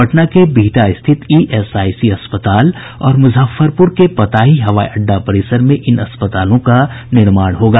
पटना के बिहटा रिथत ईएसआईसी अस्पताल और मुजफ्फरपुर के पताही हवाई अड़डा परिसर में इन अस्पतालों का निर्माण होगा